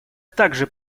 также